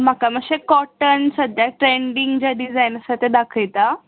म्हाका मात्शे कॉटन सद्याक ट्रँडींग जे डिजायन आसा ते दाखयता